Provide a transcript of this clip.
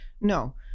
No